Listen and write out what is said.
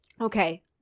Okay